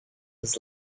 his